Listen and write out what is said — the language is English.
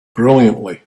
brilliantly